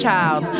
child